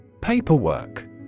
Paperwork